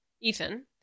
Ethan